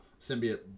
symbiote